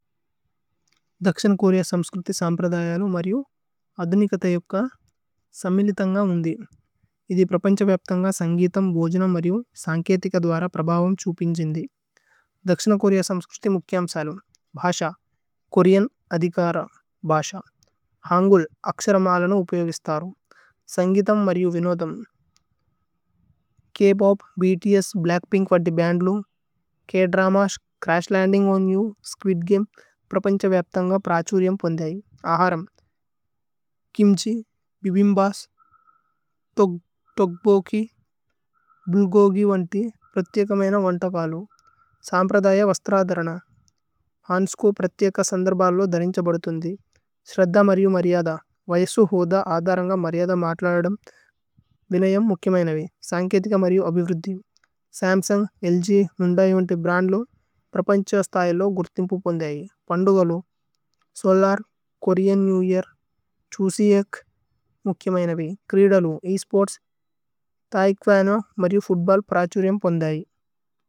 ദക്ശിന Korea സമ്സ്ക്രുതി സമ്പ്രദയലു മര്യു। അദുനികഥയുക്ക സമിലിതന്ഗ ഉന്ധി ഇഥി। പ്രപന്ഛ വപ്ഥന്ഗ സന്ഗീതമ് ബോജന മര്യു। സന്കേതിക ദുഅര പ്രബവമ് ഛുപിന്ജിന്ദി ദക്ശിന। കോരേഅ സമ്സ്ക്രുതി മുഖ്യമ്സലു ഭ്ഹശ കോരേഅന്। അധികര ഭശ ഹന്ഗുല് അക്ശര മലനു ഉപയോഗി। സ്ഥരു സന്ഗീതമ് മര്യു വിനോദമ് ക് പോപ് ഭ്ത്സ്। ഭ്ലച്ക്പിന്ക് വത്തി ബന്ദ്ലു K drama Crash Landing. On You Squid Game പ്രപന്ഛ വപ്ഥന്ഗ പ്രഛുരിയമ്। പോന്ധയി അഹരമ്, കിമ്ജി, ബിബിമ്ബസ്, തോഗ്ബോകി। ബുല്ഗോഗി വന്തി പ്രത്യേകമേന വന്തകലു സമ്പ്രദയ। വസ്ത്രധരന ഹന്സ്കോ പ്രത്യേക സന്ദര്ബലോ। ധരിന്ഛപദുഥുന്ധി ശ്രദ്ദ മര്യു മര്യദ। വയസു ഹോദ ആധരന്ഗ മര്യദ മത്ലനദമ്। വിനയമ് മുഖ്യമൈനവേ സന്കേതിക മര്യു അബിവ്രുദ്ദി। സമ്സുന്ഗ്, ല്ഗ്, ഹ്യുന്ദൈ വന്തി ബ്രന്ദ്ലു പ്രപന്ഛസ്। തയലു ഗുരുഥിമ്പു പോന്ധയി പന്ദുഗലു Seollal Korean. New Year Chuseok മുഖ്യമൈനവേ ക്രീദലു ഏ സ്പോര്ത്സ്। തഏക്വനോ മര്യു ഫുത്ബോല് പ്രഛുരിയമ് പോന്ധയി।